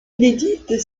inédites